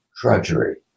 drudgery